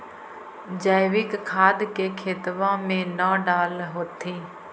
जैवीक खाद के खेतबा मे न डाल होथिं?